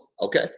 Okay